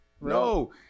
no